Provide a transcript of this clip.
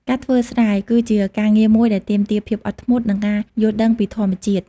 ការធ្វើស្រែ គឺជាការងារមួយដែលទាមទារភាពអត់ធ្មត់ និងការយល់ដឹងពីធម្មជាតិ។